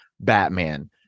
Batman